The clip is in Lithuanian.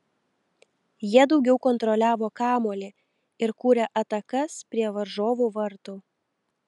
jie daugiau kontroliavo kamuolį ir kūrė atakas prie varžovų vartų